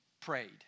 prayed